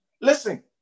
listen